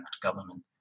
government